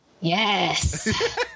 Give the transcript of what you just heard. Yes